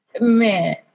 man